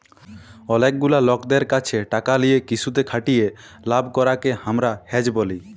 অলেক গুলা লকদের ক্যাছে টাকা লিয়ে কিসুতে খাটিয়ে লাভ করাককে হামরা হেজ ব্যলি